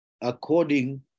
according